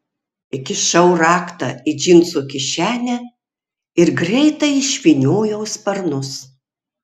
įsikišau raktą į džinsų kišenę ir greitai išvyniojau sparnus